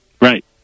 Right